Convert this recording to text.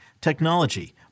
technology